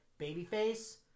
babyface